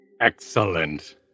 Excellent